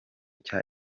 cya